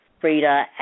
Frida